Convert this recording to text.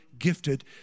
gifted